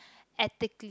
ethically